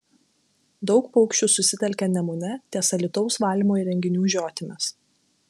daug paukščių susitelkė nemune ties alytaus valymo įrenginių žiotimis